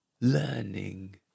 learning